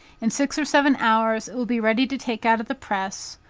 in six or seven hours it will be ready to take out of the press,